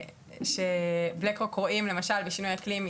למשל, דוגמא מעניינת, שבלאקרוק רואים משבר אקלים,